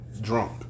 drunk